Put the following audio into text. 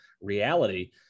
reality